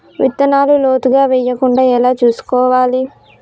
విత్తనాలు లోతుగా వెయ్యకుండా ఎలా చూసుకోవాలి?